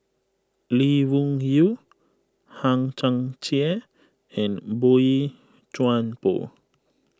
Lee Wung Yew Hang Chang Chieh and Boey Chuan Poh